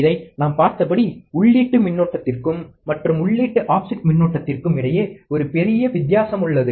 இதை நாம் பார்த்தபடி உள்ளீட்டு மின்னோட்டத்திற்கும் மற்றும் உள்ளீட்டு ஆஃப்செட் மின்னோட்டத்திற்கும் இடையே ஒரு பெரிய வித்தியாசம் உள்ளது